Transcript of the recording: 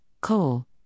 coal